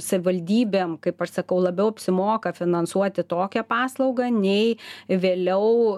savivaldybėm kaip aš sakau labiau apsimoka finansuoti tokią paslaugą nei vėliau